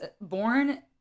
born